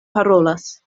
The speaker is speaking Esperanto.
parolas